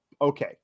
Okay